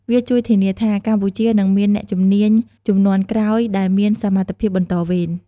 វាជួយធានាថា កម្ពុជានឹងមាន អ្នកជំនាញជំនាន់ក្រោយដែលមានសមត្ថភាពបន្តវេន។